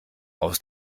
aus